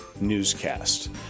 newscast